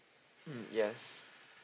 mm yes